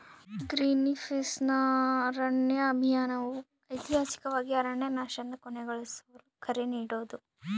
ಗ್ರೀನ್ಪೀಸ್ನ ಅರಣ್ಯ ಅಭಿಯಾನವು ಐತಿಹಾಸಿಕವಾಗಿ ಅರಣ್ಯನಾಶನ ಕೊನೆಗೊಳಿಸಲು ಕರೆ ನೀಡೋದು